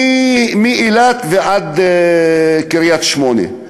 מאילת ועד קריית-שמונה.